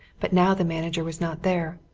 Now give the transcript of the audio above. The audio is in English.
but now the manager was not there.